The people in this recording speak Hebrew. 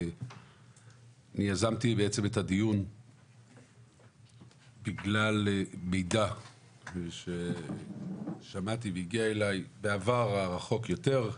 אני יזמתי בעצם את הדיון בגלל מידע ששמעתי והגיע אליי בעבר הרחוק יותר,